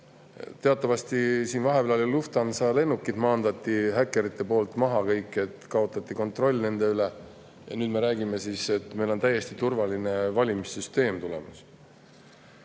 Teatavasti vahepeal kõik Lufthansa lennukid maandati häkkerite poolt, kaotati kontroll nende üle. Ja nüüd me räägime, et meil on täiesti turvaline valimissüsteem tulemas.